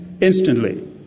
instantly